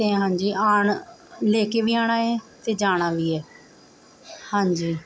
ਅਤੇ ਹਾਂਜੀ ਆਉਣ ਲੈ ਕੇ ਵੀ ਆਉਣਾ ਹੈ ਅਤੇ ਜਾਣਾ ਵੀ ਹੈ ਹਾਂਜੀ